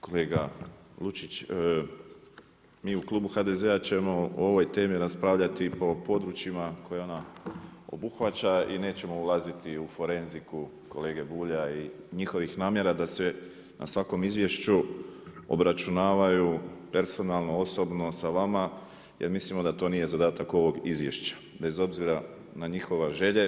Kolega Lučić mi u klubu HDZ-a ćemo o ovoj temi raspravljati po područjima koje ona obuhvaća i nećemo ulaziti u forenziku kolege Bulja i njihovih namjera da sve na svakom izvješću obračunavaju personalno osobno sa vama jer mislimo da to nije zadatak ovog izvješća, bez obzira na njihove želje.